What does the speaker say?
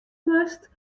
moatst